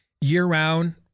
year-round